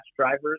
drivers